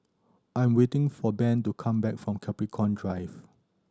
I am waiting for Ben to come back from Capricorn Drive